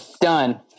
done